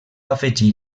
afegir